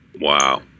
Wow